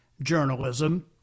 journalism